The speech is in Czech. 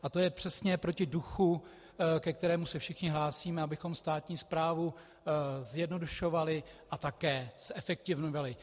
A to je přesně proti duchu, ke kterému se všichni hlásíme, abychom státní správu zjednodušovali a také zefektivňovali.